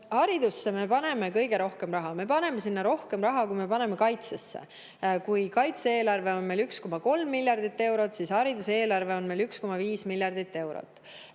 Haridusse me paneme kõige rohkem raha. Me paneme sinna rohkem raha, kui me paneme kaitsesse. Kaitse-eelarve on meil 1,3 miljardit eurot, hariduseelarve on 1,5 miljardit eurot.